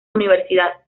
universidad